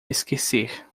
esquecer